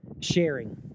sharing